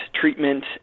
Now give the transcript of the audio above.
treatment